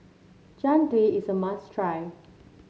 Jian Dui is a must try